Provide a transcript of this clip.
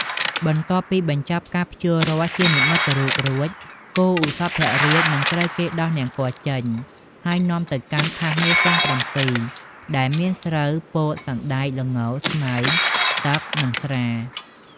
បន្ទាប់ពីបញ្ចប់ការភ្ជួររាស់ជានិមិត្តរូបរួច គោឧសភរាជនឹងត្រូវគេដោះនង្គ័លចេញ ហើយនាំទៅកាន់ថាសមាសទាំង ៧ ដែលមានស្រូវ ពោត សណ្ដែក ល្ង ស្មៅ ទឹក និងស្រា។